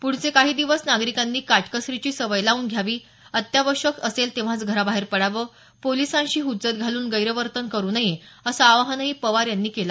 पुढचे काही दिवस नागरिकांनी काटकसरीची सवय लावून घ्यावी अत्यावश्यक असेल तेव्हाच घराबाहेर पडावं पोलिसांशी हज्जत घालून गैरवर्तन करू नये असं आवाहनही पवार यांनी केलं